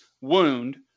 Wound